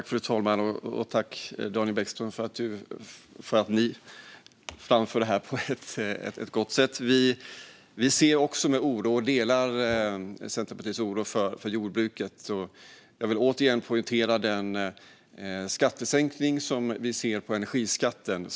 Fru talman! Tack, Daniel Bäckström, för att du framför det här på ett gott sätt! Vi ser också detta och delar Centerpartiets oro för jordbruket. Jag vill återigen poängtera vår sänkning av energiskatten.